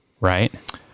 right